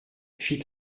fit